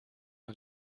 wir